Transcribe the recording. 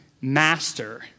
master